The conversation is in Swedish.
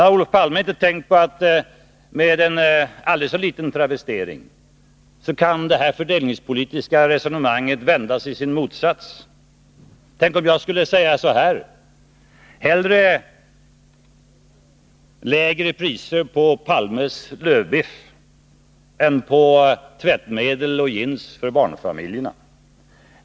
Har Olof Palme inte tänkt på att detta fördelningspolitiska resonemang med en aldrig så liten travestering kan vändas i sin motsats. Man kan lika gärna säga så här: Hellre lägre priser på Olof Palmes lövbiff än på tvättmedel och jeans för barnfamiljerna.